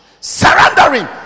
surrendering